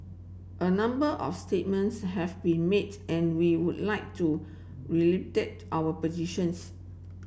a number of statements have been made and we would like to reiterate our positions